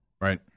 right